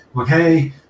okay